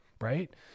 right